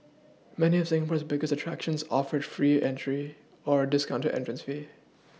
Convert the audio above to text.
many of Singapore's biggest attractions offered free entry or discounted entrance fee